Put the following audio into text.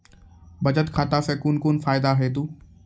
बचत खाता सऽ कून कून फायदा हेतु?